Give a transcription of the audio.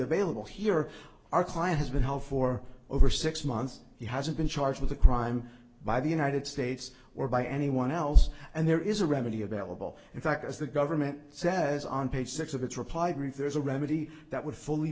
available here our client has been held for over six months he hasn't been charged with a crime by the united states or by anyone else and there is a remedy about will in fact as the government says on page six of its reply brief there is a remedy that would fully